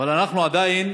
אבל אנחנו עדיין